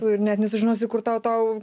ir net nesužinosi kur tau tau